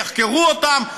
יחקרו אותם,